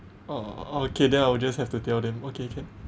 oh okay then I will just have to tell them okay can